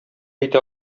әйтә